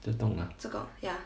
这栋 ah